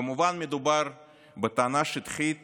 כמובן, מדובר בטענה שטחית